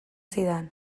zidan